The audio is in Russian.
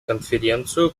конференцию